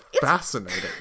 Fascinating